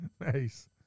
Nice